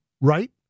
Right